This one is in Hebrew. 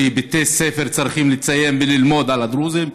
בבתי ספר צריכים לציין וללמוד על הדרוזים,